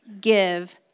give